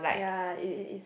ya it it is